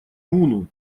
муну